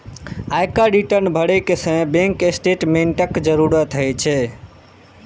आयकर रिटर्न भरै के समय बैंक स्टेटमेंटक जरूरत होइ छै